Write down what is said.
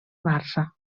barça